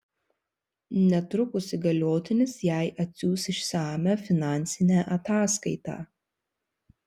netrukus įgaliotinis jai atsiųs išsamią finansinę ataskaitą